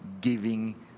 giving